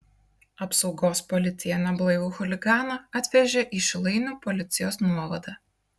apsaugos policija neblaivų chuliganą atvežė į šilainių policijos nuovadą